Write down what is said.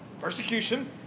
Persecution